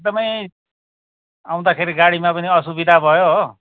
एकदमै आउँदाखेरि गाडीमा पनि असुविधा भयो हो